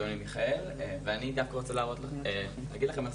קוראים לי מיכאל ואני אגיד לכם איך זה